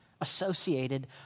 associated